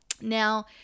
now